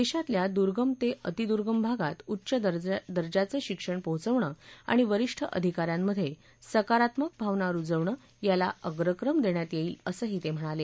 देशातल्या दुर्गम ते अतिदुर्गम भागात उच्च दर्जाचं शिक्षण पोहोचवणं आणि वरिष्ठ अधिकाऱ्यांमधे सकारात्मक भावना रुजवणं याला अप्रक्रम देण्यात येईल असंही ते म्हणाले